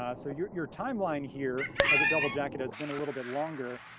ah so your your timeline here as a double jacket has been a little bit longer.